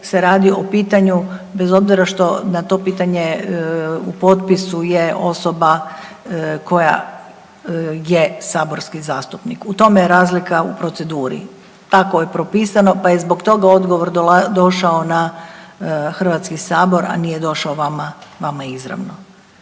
se radi o pitanju bez obzira što na to pitanje u potpisu je osoba koja je saborski zastupnik u tome je razlika u proceduri, tako je propisano pa je zbog toga odgovor došao na HS, a nije došao vama izravno.